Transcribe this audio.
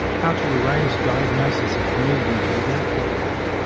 how to arrange diagnosis in communities without doctors,